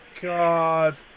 God